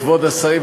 כבוד השרים,